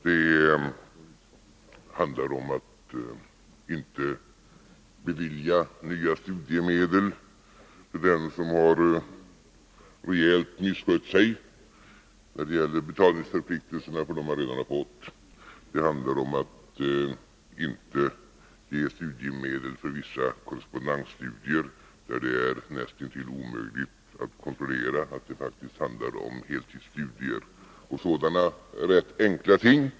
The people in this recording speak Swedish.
Det handlar om att inte bevilja nya studiemedel till den som har rejält misskött sig när det gäller betalningsförpliktelserna för dem han redan har fått. Det handlar vidare om att inte ge studiemedel för vissa korrespondensstudier, när det är näst intill omöjligt att kontrollera att det faktiskt rör sig om heltidsstudier, och sådana där rätt enkla ting.